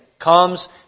comes